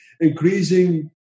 increasing